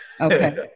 okay